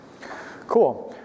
Cool